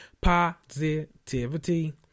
Positivity